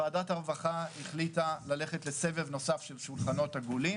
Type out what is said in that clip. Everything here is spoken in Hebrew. ועדת הרווחה החליטה ללכת לסבב נוסף של שולחנות עגולים